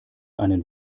einen